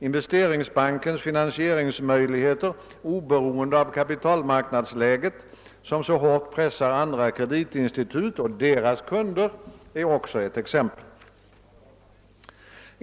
Investeringsbankens finansieringsmöjligheter oberoende av kapitalmarknadsläget, som så hårt pressar andra kreditinstitut och deras kunder, är också ett exempel.